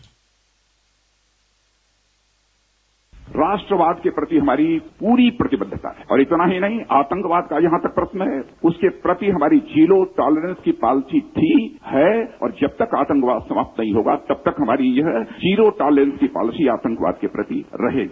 bite राष्ट्रवाद के प्रति हमारी पूरी प्रतिबद्धता है और इतना ही नहीं आतंकवाद का जहां तक प्रश्न है उसके प्रति हमारी जीरो टॉलरेन्स की पॉलिसी थी है और जब तक आतंकवाद समाप्त नहीं होगा तब तक हमारी यह जीरो टॉलरेन्स की पॉलिसी आतंकवाद के प्रति रहेगी